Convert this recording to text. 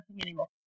anymore